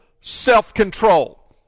self-control